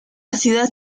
ciudad